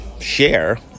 share